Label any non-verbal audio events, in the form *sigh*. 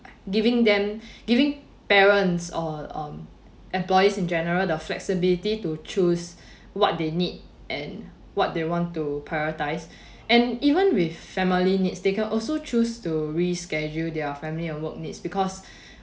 giving them *breath* giving parents or um employees in general the flexibility to choose *breath* what they need and what they want to prioritise *breath* and even with family needs they can also choose to reschedule their family and work needs because *breath*